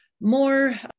More